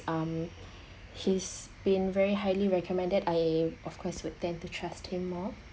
um he's been very highly recommended I of course would tend to trust him more